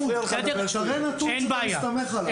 תראה נתון שאתה מסתמך עליו.